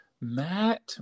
Matt